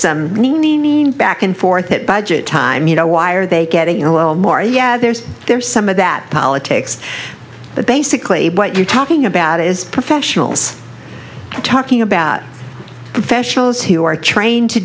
the mean back and forth that budget time you know why are they getting you know more yeah there's there's some of that politics but basically what you're talking about is professionals talking about professionals who are trained to